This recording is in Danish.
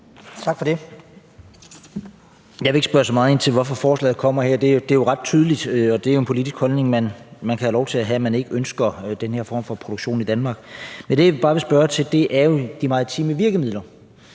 Tak for det. Jeg vil ikke spørge så meget ind til, hvorfor forslaget her kommer. Det er jo ret tydeligt, og det er jo en politisk holdning, man kan have lov til at have, at man ikke ønsker den her form for produktion i Danmark. Men det, jeg bare vil spørge til, er jo de maritime virkemidler,